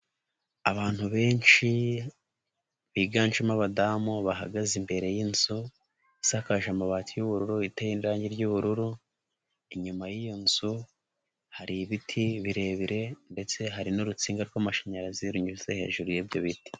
Abantu benshi biganjemo abadamu bahagaze imbere yinzu isakaje amabati yu'bururu iteye irangi ry'ubururu, inyuma yiyo nzu hari ibiti birebire ndetse hari n'urutsinga rw'amashanyarazi runyuze hejuru yibyo biti.